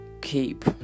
keep